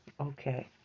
okay